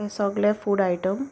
हें सगलें food item